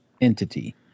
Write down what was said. entity